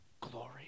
glory